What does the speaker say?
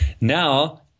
Now